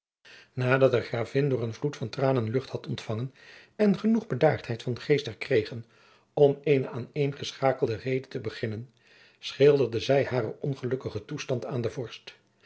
nadat de gravin door een vloed van tranen lucht had ontfangen en genoeg bedaardheid van geest herkregen om eene aaneengeschakelde reden te beginnen schilderde zij haren ongelukkigen toestand aan den vorst